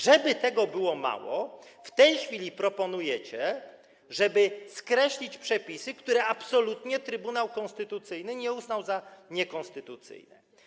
Żeby tego było mało, w tej chwili proponujecie, żeby skreślić przepisy, których absolutnie Trybunał Konstytucyjny nie uznał za niekonstytucyjne.